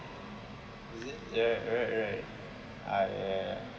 is it yeah right right ah ya ya ya